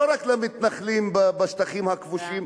לא רק למתנחלים בשטחים הכבושים,